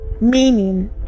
meaning